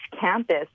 campus